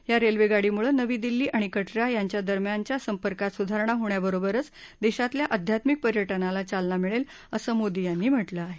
या रेल्वेगाडीमुळं नवी दिल्ली आणि कटरा यांच्यादरम्यानच्या संपर्कात सुधारणा होण्याबरोबरच देशातल्या अध्यात्मिक पर्यटनाला चालना मिळेल असं मोदी यांनी म्हटलं आहे